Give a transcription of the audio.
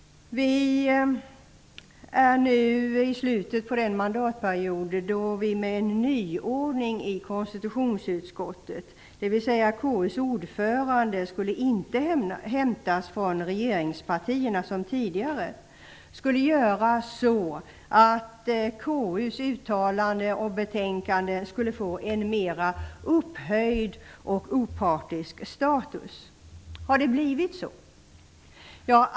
Vi är nu i slutet på en mandatperiod med en nyordning inom konstitutionsutskottet enligt vilken utskottets ordförande inte som tidigare skulle hämtas från regeringspartierna. Genom denna nyordning skulle KU:s uttalanden och betänkanden få en mera upphöjd och opartisk status. Har det blivit så?